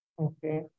Okay